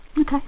okay